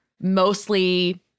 mostly